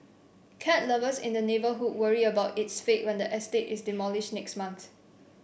cat lovers in the neighbourhood worry about its fate when the estate is demolished next month